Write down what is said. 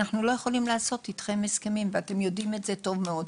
לא יכולים לעשות אתכם הסכמים ואתם יודעים את זה טוב מאוד.